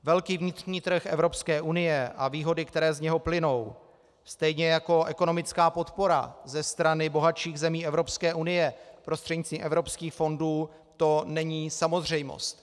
Velký vnitřní trh Evropské unie a výhody, které z něho plynou, stejně jako ekonomická podpora ze strany bohatších zemí Evropské unie prostřednictvím evropských fondů, to není samozřejmost.